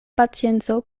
pacienco